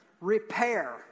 repair